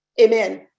amen